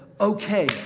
Okay